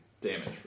damage